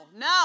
No